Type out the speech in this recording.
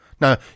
Now